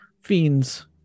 fiends